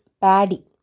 Paddy